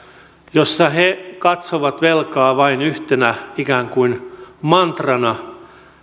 jossa he katsovat velkaa vain yhtenä ikään kuin mantrana